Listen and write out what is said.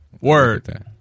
Word